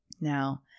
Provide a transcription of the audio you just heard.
Now